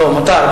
לא, מותר.